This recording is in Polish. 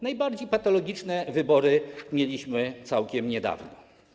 Najbardziej patologiczne wybory mieliśmy całkiem niedawno.